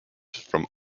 from